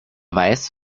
weiß